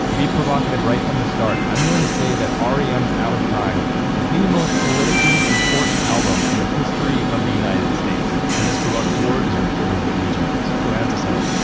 be provocative right from the start. i'm going to say that r e m's out of time is the most politically important album in the history of the united states. and this provocateur is reporter whitney jones, though i have to say,